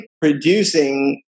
producing